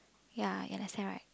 ya you understand right